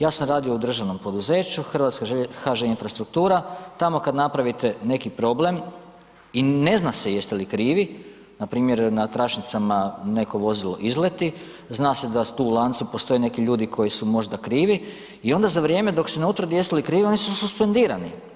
Ja sam radio u državnom poduzeću HŽ Infrastruktura tamo kad napravite neki problem i ne zna se jeste li krivi npr. na tračnicama neko vozilo izleti zna se da tu u lancu postoje neki ljudi koji su možda krivi i onda za vrijeme dok se ne utvrdi jesu li krivi oni su suspendirani.